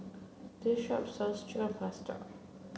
this shop sells Chicken Pasta